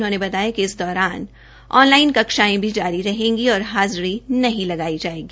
उन्होंने बताया कि इस दौरान ऑन लाइन कक्षायें भी जारी रहेंगी और हाजिरी नहीं लगाई जायेगी